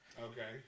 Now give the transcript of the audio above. Okay